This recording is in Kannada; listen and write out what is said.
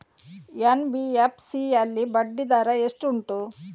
ಎನ್.ಬಿ.ಎಫ್.ಸಿ ಯಲ್ಲಿ ಬಡ್ಡಿ ದರ ಎಷ್ಟು ಉಂಟು?